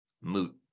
moot